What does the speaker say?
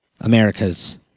Americas